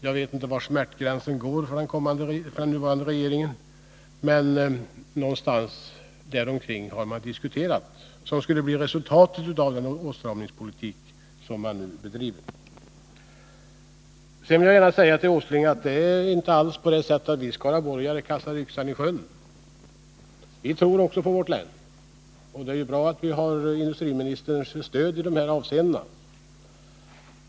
Jag vet inte var smärtgränsen går för den nuvarande regeringen, men de siffrorna har nämnts som resultatet av den åtstramningspolitik man nu bedriver. Det är inte alls på det sättet att vi skaraborgare kastar yxan i sjön. Vi tror också på vårt län. Det är ju bra att vi har industriministerns stöd för det.